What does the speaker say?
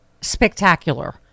spectacular